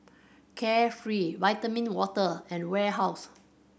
Carefree Vitamin Water and Warehouse